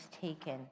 taken